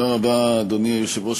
אדוני היושב-ראש,